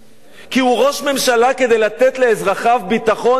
כי הוא ראש ממשלה כדי לתת לאזרחיו ביטחון אישי.